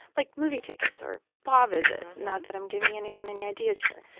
like movie tickets or spa visits, not that i'm giving anyone any ideas here.